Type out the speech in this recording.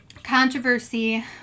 Controversy